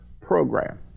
program